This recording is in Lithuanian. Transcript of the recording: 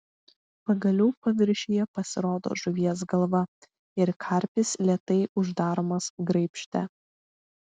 pagaliau paviršiuje pasirodo žuvies galva ir karpis lėtai uždaromas graibšte